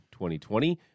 2020